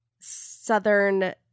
southern